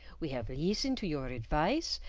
we have leestened to your advice,